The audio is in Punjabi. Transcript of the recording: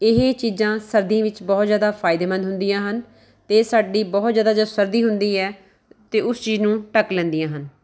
ਇਹ ਚੀਜ਼ਾਂ ਸਰਦੀ ਵਿੱਚ ਬਹੁਤ ਜ਼ਿਆਦਾ ਫਾਇਦੇਮੰਦ ਹੁੰਦੀਆਂ ਹਨ ਅਤੇ ਸਾਡੀ ਬਹੁਤ ਜ਼ਿਆਦਾ ਜਦੋਂ ਸਰਦੀ ਹੁੰਦੀ ਹੈ ਅਤੇ ਉਸ ਚੀਜ਼ ਨੂੰ ਢੱਕ ਲੈਂਦੀਆਂ ਹਨ